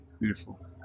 Beautiful